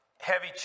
heavy